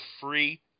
free